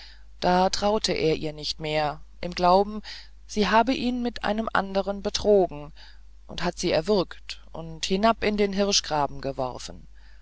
da traute er ihr nicht mehr im glauben sie habe ihn mit einem anderen betrogen und hat sie erwürgt und hinab in den hirschgraben geworfen